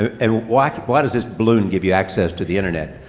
ah and why why does this balloon give you access to the internet?